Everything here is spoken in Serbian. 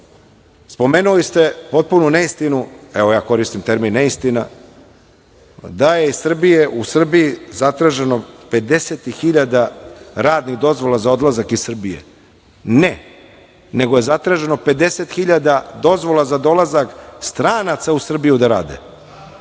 spomenuli ste potpunu neistinu, evo ja koristim termin neistina, da je u Srbiji zatraženo 50 hiljada radnih dozvola za odlazak iz Srbije. Ne, nego je zatraženo 50 hiljada dozvola za dolazak stranaca u Srbiju da rade. Vi